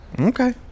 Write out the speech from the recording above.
Okay